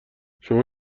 شما